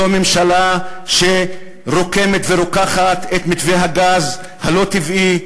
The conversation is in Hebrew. זו ממשלה שרוקמת ורוקחת את מתווה הגז הלא-טבעי,